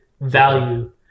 value